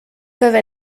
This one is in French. peuvent